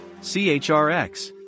CHRX